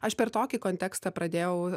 aš per tokį kontekstą pradėjau